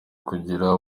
kugira